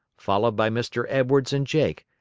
followed by mr. edwards and jake,